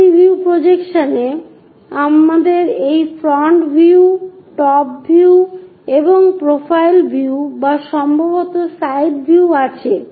multi view প্রজেকশনে আমাদের এই ফ্রন্ট ভিউ টপ ভিউ এবং প্রোফাইল ভিউ বা সম্ভবত সাইড ভিউ আছে